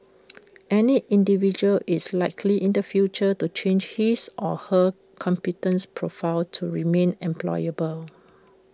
any individual is likely in the future to change his or her competence profile to remain employable